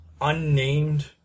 unnamed